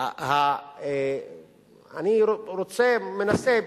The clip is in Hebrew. אני מנסה,